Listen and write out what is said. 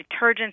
detergents